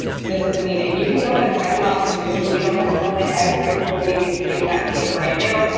this is the meeting, you can go ahead and schedule that in zoom so you don't have to go in every single week and create that meeting brand new.